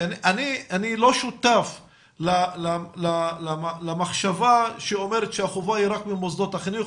אני לא שותף למחשבה שאומרת שהחובה היא רק למוסדות החינוך.